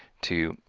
two,